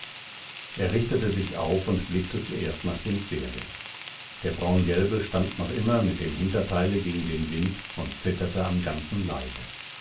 er richtete sich auf und blickte zuerst nach dem pferde der braungelbe stand noch immer mit dem hinterteile gegen den wind und zitterte am ganzen leibe